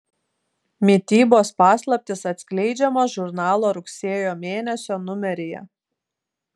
mitybos paslaptys atskleidžiamos žurnalo rugsėjo mėnesio numeryje